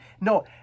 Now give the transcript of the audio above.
No